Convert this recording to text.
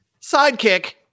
sidekick